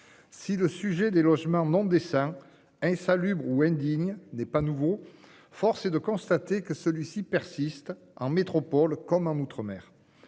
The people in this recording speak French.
Si le sujet des logements non décents et insalubres ou indignes n'est pas nouveau, force est de constater que celui-ci persiste en métropole comme dans les outre-mer.